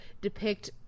depict